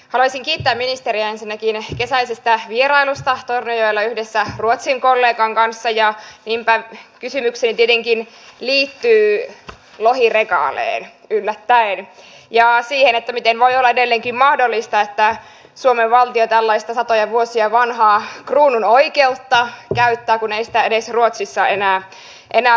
haluaisin kiittää ministeriä ensinnäkin kesäisestä vierailusta tornionjoella yhdessä ruotsin kollegan kanssa ja niinpä kysymykseni tietenkin liittyy lohiregaleen yllättäen ja siihen miten voi olla edelleenkin mahdollista että suomen valtio tällaista satoja vuosia vanhaa kruununoikeutta käyttää kun ei sitä edes ruotsissa enää valtiolla ole